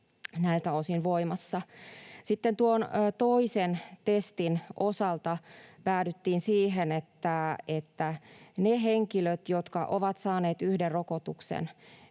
siis 15.10. voimassa. Sitten tuon toisen testin osalta päädyttiin siihen, että niiltä henkilöiltä, jotka ovat saaneet yhden rokotuksen,